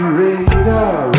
radar